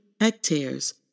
hectares